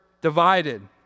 divided